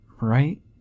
right